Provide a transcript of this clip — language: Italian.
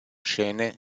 scene